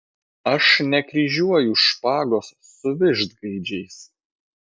aš nekryžiuoju špagos su vištgaidžiais